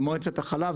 עם מועצת החלב,